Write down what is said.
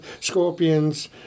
Scorpions